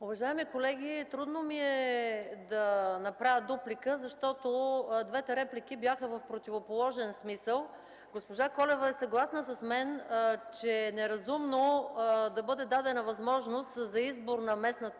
Уважаеми колеги, трудно ми е да направя дуплика, защото двете реплики бяха в противоположен смисъл. Госпожа Колева е съгласна с мен, че е неразумно да бъде дадена възможност за избор на местната